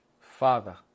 Father